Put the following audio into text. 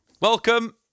Welcome